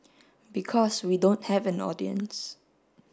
because we don't have an audience